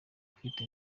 afite